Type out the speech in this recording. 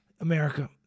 America